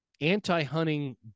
anti-hunting